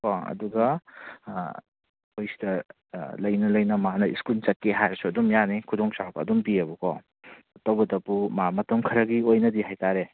ꯀꯣ ꯑꯗꯨꯒ ꯑꯩꯈꯣꯏ ꯁꯤꯗ ꯂꯩꯅ ꯂꯩꯅ ꯃꯥꯅ ꯁ꯭ꯀꯨꯜ ꯆꯠꯀꯦ ꯍꯥꯏꯔꯁꯨ ꯑꯗꯨꯝ ꯌꯥꯅꯤ ꯈꯨꯗꯣꯡ ꯆꯥꯕ ꯑꯗꯨꯝ ꯄꯤꯌꯦꯕꯀꯣ ꯇꯧꯕꯇꯕꯨ ꯃꯥ ꯃꯇꯝ ꯈꯔꯒꯤ ꯑꯣꯏꯅꯗꯤ ꯍꯥꯏꯇꯥꯔꯦ